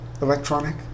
electronic